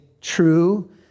true